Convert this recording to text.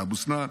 מאבו סנאן,